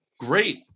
Great